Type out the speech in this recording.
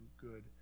good